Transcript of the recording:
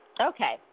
Okay